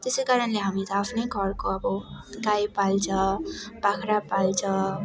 त्यसै कारणले हामी त आफ्नै घरको अब गाई पाल्छ बाख्रा पाल्छ